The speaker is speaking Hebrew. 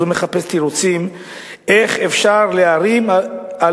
אז הוא מחפש תירוצים איך אפשר להערים על